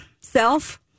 self